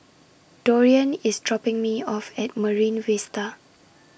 Dorian IS dropping Me off At Marine Vista